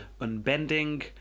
unbending